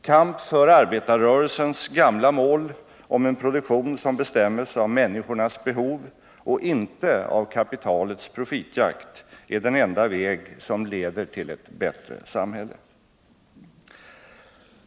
Kamp för arbetarrörelsens gamla mål om en produktion som bestämmes av människornas behov och inte av kapitalets profitjakt är den enda väg som leder till ett bättre samhälle.